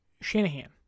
Shanahan